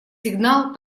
сигнал